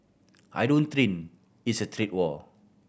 I don't think it's a trade war